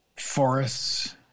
forests